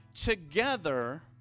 together